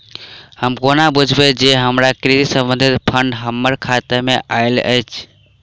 हम कोना बुझबै जे हमरा कृषि संबंधित फंड हम्मर खाता मे आइल अछि?